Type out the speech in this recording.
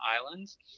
islands